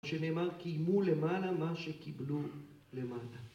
שנאמר קיימו למעלה מה שקיבלו למעלה